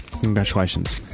congratulations